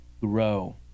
grow